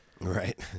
Right